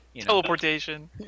Teleportation